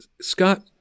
Scott –